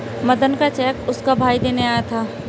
मदन का चेक उसका भाई देने आया था